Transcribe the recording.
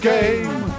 Game